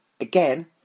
again